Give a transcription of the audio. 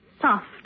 soft